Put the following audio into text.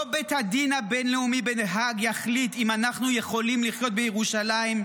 לא בית הדין הבין-לאומי בהאג יחליט אם אנחנו יכולים לחיות בירושלים,